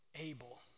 able